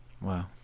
Wow